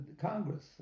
congress